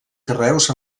carreus